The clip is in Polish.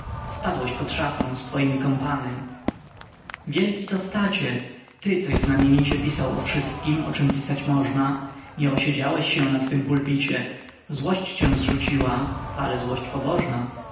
spadłeś pod szafę z twojemi kompany wielki tostacie ty coś znamienicie pisał o wszystkiem o czem pisać można nie osiedziałeś się na twym pulpicie złość cię zrzuciła ale złość pobożna